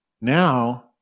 Now